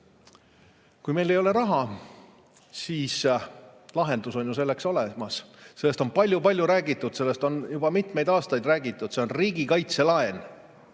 Kui meil ei ole raha, siis lahendus on ju selleks olemas. Sellest on palju-palju räägitud, sellest on juba mitmeid aastaid räägitud. See on riigikaitselaen.